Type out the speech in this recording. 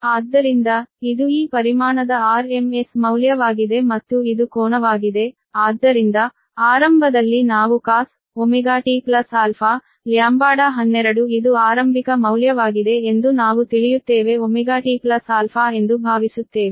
ಇದು ಈ ಪರಿಮಾಣದ RMS ಮೌಲ್ಯವಾಗಿದೆ ಮತ್ತು ಇದು ಕೋನವಾಗಿದೆ ಆದ್ದರಿಂದ ಆರಂಭದಲ್ಲಿ ನಾವು cos⁡〖ωtα〗λ12 ಇದು ಆರಂಭಿಕ ಮೌಲ್ಯವಾಗಿದೆ ಎಂದು ನಾವು ತಿಳಿಯುತ್ತೇವೆωtα ಎಂದು ಭಾವಿಸುತ್ತೇವೆ